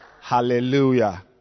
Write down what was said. hallelujah